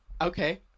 Okay